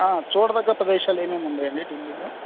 చూడదగ్గ ప్రదేశాలు ఏమేమి ఉన్నాయండి ఢిల్లీలో